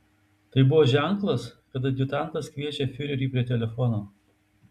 tai buvo ženklas kad adjutantas kviečia fiurerį prie telefono